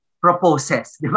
proposes